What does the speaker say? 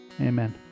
Amen